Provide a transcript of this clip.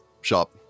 shop